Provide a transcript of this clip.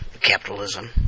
capitalism